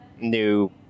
new